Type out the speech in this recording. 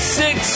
six